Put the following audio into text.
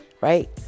right